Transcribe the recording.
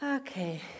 Okay